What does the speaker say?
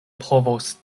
povos